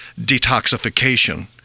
detoxification